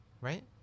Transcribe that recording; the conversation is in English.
Right